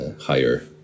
higher